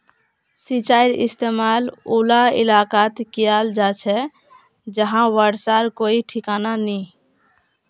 सिंचाईर इस्तेमाल उला इलाकात कियाल जा छे जहां बर्षार कोई ठिकाना नी